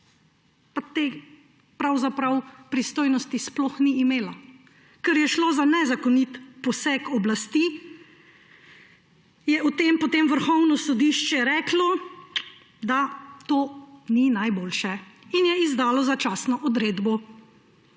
pa pravzaprav te pristojnosti sploh ni imela. Ker je šlo za nezakonit poseg oblasti, je o tem potem Vrhovno sodišče reklo, da to ni najboljše in je izdalo začasno odredbo.